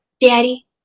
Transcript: Daddy